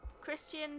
christian